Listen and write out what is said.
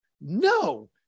No